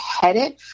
headed